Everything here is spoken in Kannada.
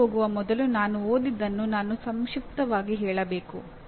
ಹೊರಗೆ ಹೋಗುವ ಮೊದಲು ನಾನು ಓದಿದ್ದನ್ನು ನಾನು ಸಂಕ್ಷಿಪ್ತವಾಗಿ ಹೇಳಬೇಕು